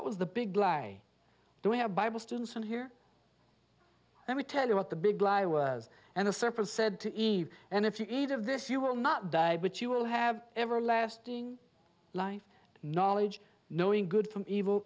was the big lie do we have bible students on here let me tell you what the big lie was and the serpent said to eve and if you eat of this you will not die but you will have everlasting life knowledge knowing good from evil